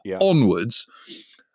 onwards